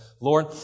Lord